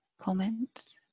comments